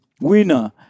winner